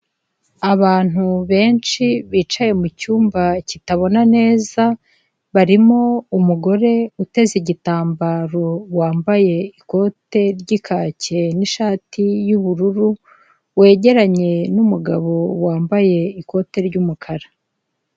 Abantu benshi bicaye mucyumba kitabona neza barimo umugore uteze igitambaro wambaye ikote ry'ikaki n'ishati y'ubururu wegeranye n'umugabo wambaye ikote ry'umukara.